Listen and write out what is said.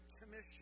Commission